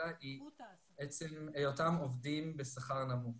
אלא עצם היותם עובדים בשכר נמוך.